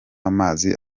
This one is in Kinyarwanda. amazi